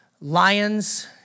lions